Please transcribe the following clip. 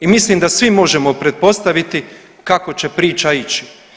I mislim da svi možemo pretpostaviti kako će priča ići.